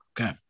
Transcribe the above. Okay